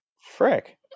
Frick